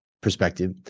perspective